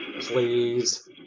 Please